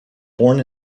born